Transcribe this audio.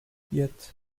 yet